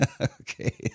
Okay